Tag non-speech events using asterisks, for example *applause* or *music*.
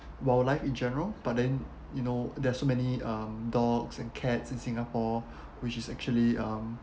wildlife in general but then you know there's so many um dogs and cats in singapore *breath* which is actually um